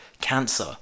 cancer